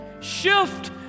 Shift